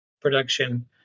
production